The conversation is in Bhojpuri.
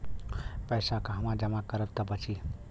पैसा कहवा जमा करब त बची?